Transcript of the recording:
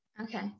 Okay